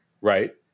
right